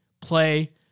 play